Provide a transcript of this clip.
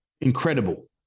incredible